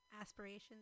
aspirations